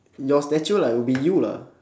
your statue lah will be you lah